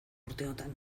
urteotan